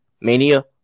Mania